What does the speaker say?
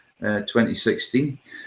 2016